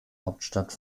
hauptstadt